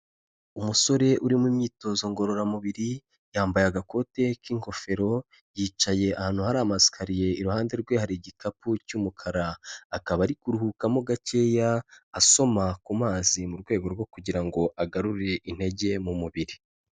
Umusore uri mu myitozo ngororamubiri yambaye agakote k'ingofero, yicaye ahantu hari amasikariye, iruhande rwe hari igikapu cy'umukara, akaba ari kuruhukamo gakeya asoma ku mazi mu rwego rwo kugira ngo agarure intege mu mubiri.